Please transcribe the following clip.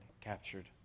captured